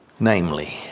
Namely